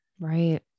Right